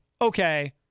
okay